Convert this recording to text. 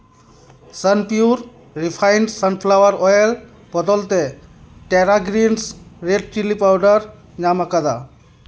Sunpure refined sunflower oil ᱵᱚᱫᱚᱞ ᱛᱮ Terra Greens red chilli powder ᱧᱟᱢ ᱟᱠᱟᱫᱟ